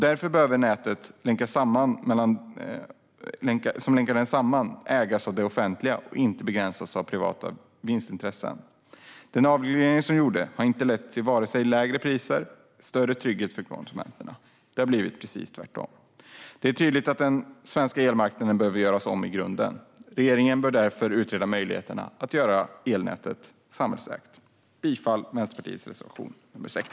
Därför behöver nätet som länkar dem samman ägas av det offentliga och inte begränsas av privata vinstintressen. Den avreglering som gjordes har inte lett till vare sig lägre priser eller större trygghet för konsumenterna. Det har blivit precis tvärtom. Det är tydligt att den svenska elmarknaden behöver göras om i grunden. Regeringen bör därför utreda möjligheten att göra elnätet samhällsägt. Jag yrkar bifall till Vänsterpartiets reservation 6.